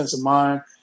mind